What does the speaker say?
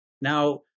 Now